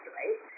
right